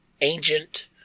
Ancient